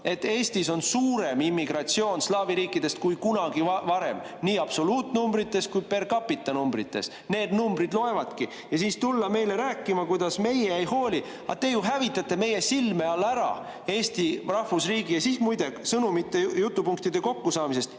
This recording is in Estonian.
et Eestis on suurem immigratsioon slaavi riikidest kui kunagi varem, nii absoluutnumbrites kuiper capitanumbrites. Need numbrid loevadki. Ja siis tulla meile rääkima, kuidas meie ei hooli! Aga te ju hävitate meie silme all ära Eesti rahvusriigi! Ja siis, muide, sõnumite, jutupunktide kokkusaamisest.